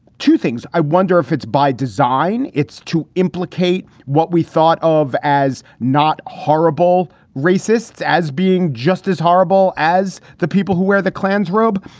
two things. i wonder if it's by design. it's to implicate what we thought of as not horrible racists, as being just as horrible as the people who wear the klan's robe.